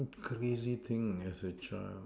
crazy thing as a child